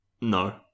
no